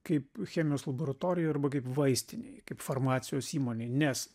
kaip chemijos laboratorijoj arba kaip vaistinėj kaip farmacijos įmonėj nes